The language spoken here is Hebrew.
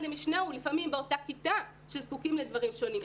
למשנהו שלפעמים הם באותה כיתה וזקוקים לדברים שונים.